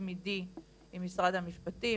תמידי עם משרד המשפטים,